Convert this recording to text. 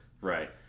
Right